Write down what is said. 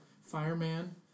fireman